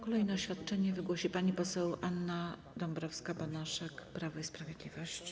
Kolejne oświadczenie wygłosi pani poseł Anna Dąbrowska-Banaszak, Prawo i Sprawiedliwość.